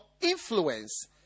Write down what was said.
influence